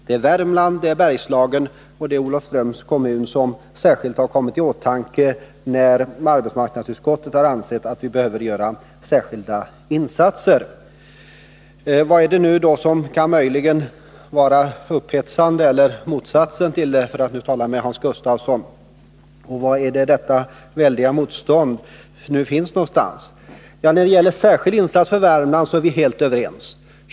Det är Värmland, Bergslagen och Olofströms kommun som särskilt kommit i åtanke när arbetsmarknadsutskottet ansett att vi behöver göra särskilda insatser. Vad är det då som kan vara upphetsande eller inte upphetsande — för att tala med Hans Gustafsson? Var finns det väldiga motståndet någonstans? När det gäller att göra särskilda insatser för Värmland är vi helt överens.